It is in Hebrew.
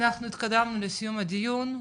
אנחנו התקדמנו לסיום הדיון,